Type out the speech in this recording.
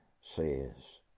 says